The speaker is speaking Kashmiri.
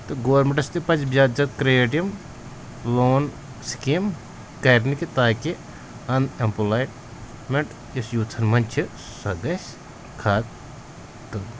تہٕ گورمٮ۪نٛٹَس تہِ پَزِ زیادٕ زیادٕ کرٛییٹ یِم لون سِکیٖم کَرنہِ کہِ تاکہِ اَن اٮ۪مپٕلایمٮ۪نٛٹ یُس یوٗتھَن منٛز چھِ سۄ گژھِ ختٕم